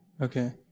Okay